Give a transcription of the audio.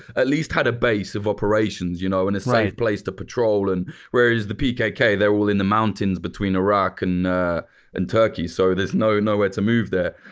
at least had a base of operations you know and a safe place to patrol and whereas the pkk, they're all in the mountains between iraq and and turkey, so there's no nowhere to move there.